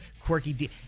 quirky